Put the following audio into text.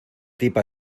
tipa